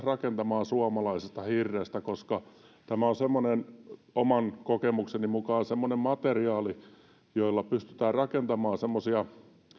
rakentamaan suomalaisesta hirrestä koska tämä on oman kokemukseni mukaan semmoinen materiaali jolla pystytään rakentamaan semmoisia